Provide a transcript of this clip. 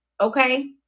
okay